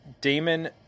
Damon